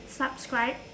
subscribe